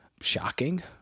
shocking